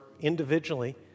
individually